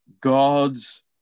God's